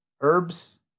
Herbs